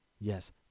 Yes